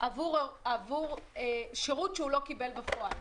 עבור שירות שהוא לא קיבל בפועל.